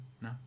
no